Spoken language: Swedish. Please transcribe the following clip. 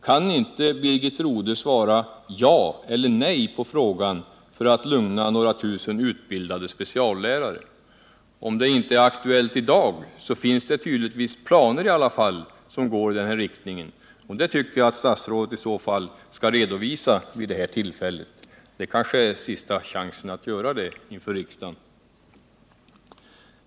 Kan Birgit Rodhe inte svara ja eller nej på frågan för att lugna några tusen utbildade speciallärare? Om det inte är aktuellt i dag, finns det tydligen i alla fall planer som går i denna riktning. Då tycker jag att statsrådet i alla fall skall redovisa dem vid detta tillfälle. Det kanske är sista chansen att göra det inför riksdagen.